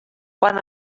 quan